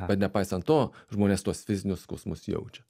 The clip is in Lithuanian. bet nepaisant to žmonės tuos fizinius skausmus jaučia